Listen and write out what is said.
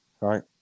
right